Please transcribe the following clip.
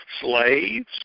slaves